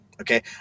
okay